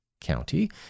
county